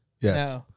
Yes